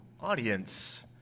audience